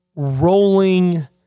Rolling